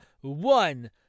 one